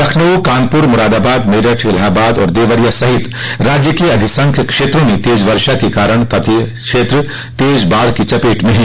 लखनऊ कानपुर मुरादाबाद मेरठ इलाबाद और देवरिया सहित राज्य के अधिसंख्य क्षेत्रों में तेज वर्षा के कारण तटीय क्षेत्र तेज बाढ़ की चपेट में हैं